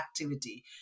activity